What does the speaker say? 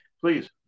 please